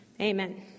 Amen